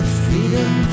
freedom